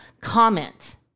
comment